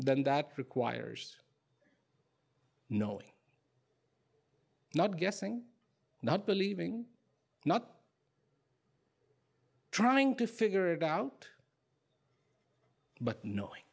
then that requires knowing not guessing not believing not trying to figure it out but no